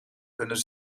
kunnen